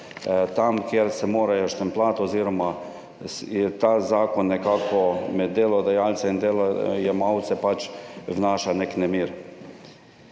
tam, kjer se morajo štempljati, ta zakon nekako med delodajalce in delojemalce vnaša nek nemir.